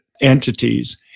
entities